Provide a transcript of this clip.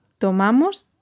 tomamos